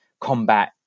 combat